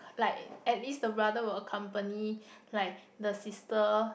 like at least the brother will accompany like the sister